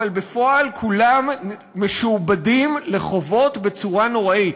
אבל בפועל כולם משועבדים לחובות בצורה נוראית.